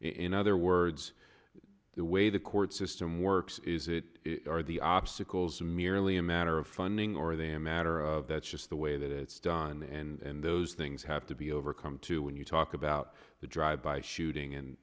in other words the way the court system works is it are the obstacles merely a matter of funding or the a matter of that's just the way that it's done and those things have to be overcome too when you talk about the drive by shooting and